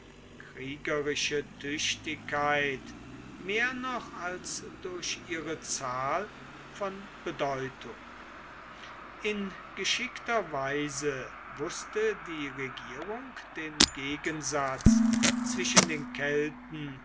kriegerische tüchtigkeit mehr noch als durch ihre zahl von bedeutung in geschickter weise wußte die regierung den gegensatz zwischen den kelten